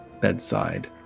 bedside